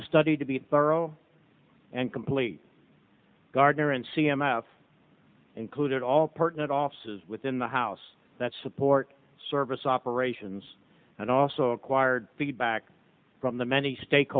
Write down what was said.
the study to be thorough and complete gardner and c m s included all pertinent offices within the house that support service operations and also acquired the back from the many stake